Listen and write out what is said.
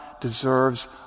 deserves